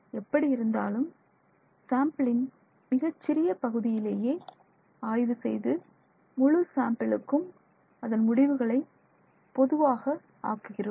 எப்படி இருந்தாலும் சாம்பிளின் மிகச்சிறிய பகுதியிலேயே ஆய்வு செய்து முழு சாம்பிளுக்கு அதை அதன் முடிவுகளை பொதுவாக ஆக்குகிறோம்